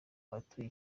abatuye